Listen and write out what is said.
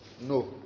No